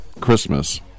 Christmas